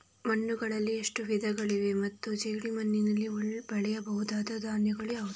ಮಣ್ಣುಗಳಲ್ಲಿ ಎಷ್ಟು ವಿಧಗಳಿವೆ ಮತ್ತು ಜೇಡಿಮಣ್ಣಿನಲ್ಲಿ ಬೆಳೆಯಬಹುದಾದ ಧಾನ್ಯಗಳು ಯಾವುದು?